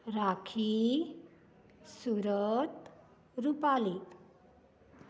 rakhi Surat Rupali